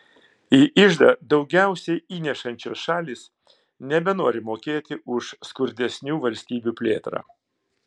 į iždą daugiausiai įnešančios šalys nebenori mokėti už skurdesnių valstybių plėtrą